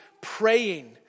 praying